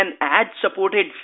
ad-supported